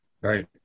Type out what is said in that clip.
Right